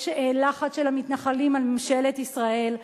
יש לחץ של המתנחלים על ממשלת ישראל,